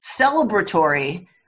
celebratory